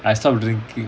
I stopped drinking